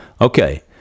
Okay